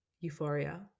euphoria